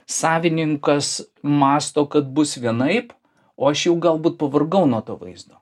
savininkas mąsto kad bus vienaip o aš jau galbūt pavargau nuo to vaizdo